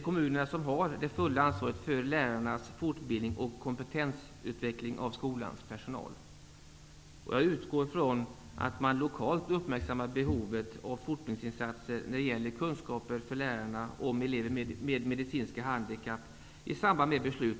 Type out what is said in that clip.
Kommunerna har det fulla ansvaret för lärarnas fortbildning och för kompetensutvecklingen av skolans personal. Jag utgår från att man i samband med beslut om fortbildningsplaner lokalt uppmärksammat behovet av fortbildningsinsatser när det gäller lärarnas kunskaper om elever med medicinska handikapp.